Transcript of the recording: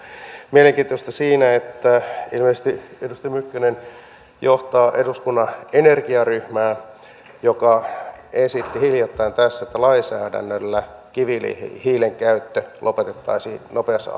mielenkiintoista siinä on että ilmeisesti edustaja mykkänen johtaa eduskunnan energiaryhmää joka esitti hiljattain tässä että lainsäädännöllä kivihiilen käyttö lopetettaisiin nopealla aikavälillä